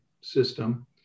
system